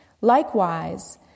Likewise